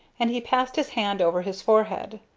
and he passed his hand over his forehead.